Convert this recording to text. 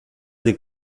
des